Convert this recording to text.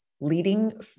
leading